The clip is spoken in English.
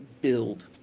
build